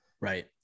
right